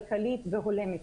כלכלית והולמת.